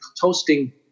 toasting